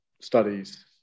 studies